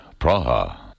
Praha